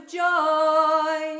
joy